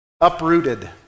uprooted